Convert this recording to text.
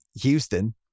Houston